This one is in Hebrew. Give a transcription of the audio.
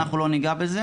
אנחנו לא ניגע בזה